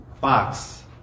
fox